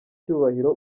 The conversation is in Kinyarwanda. cyubahiro